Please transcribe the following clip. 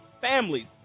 families